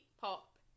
pop